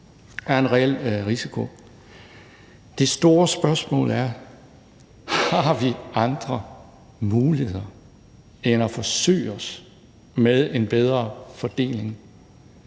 Der er en reel risiko. Kl. 14:48 Det store spørgsmål er: Har vi andre muligheder end at forsøge os med en bedre fordeling?